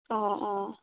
অঁ অঁ